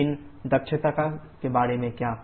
लेकिन दक्षता के बारे में क्या